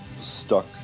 stuck